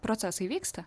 procesai vyksta